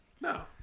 no